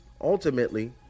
ultimately